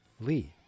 Lee